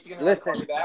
Listen